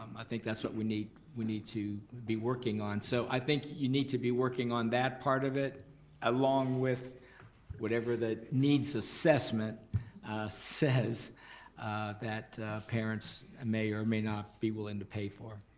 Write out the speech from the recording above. um i think that's what we need we need to be working on. so i think you need to be working on that part of it along with whatever the needs assessment says that parents may or may not be willing to pay for.